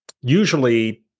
usually